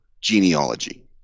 genealogy